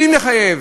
יודעים לחייב